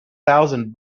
thousand